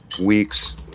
weeks